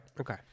Okay